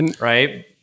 right